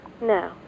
No